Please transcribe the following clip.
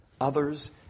others